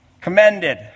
Commended